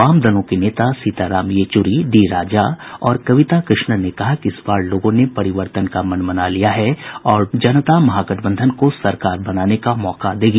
वाम दलोंके नेता सीताराम येच्री डी राजा और कविता कृष्णन ने कहा कि इस बार लोगों ने परिवर्तन का मन बना लिया है और जनता महागठबंधन को सरकार बनाने का मौका देगी